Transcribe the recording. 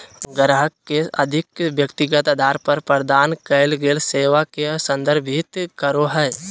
ग्राहक के अधिक व्यक्तिगत अधार पर प्रदान कइल गेल सेवा के संदर्भित करो हइ